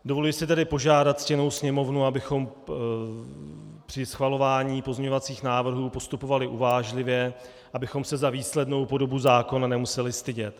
Dovoluji se tedy požádat ctěnou Sněmovnu, abychom při schvalování pozměňovacích návrhů postupovali uvážlivě, abychom se za výslednou podobu zákona nemuseli stydět.